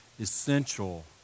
essential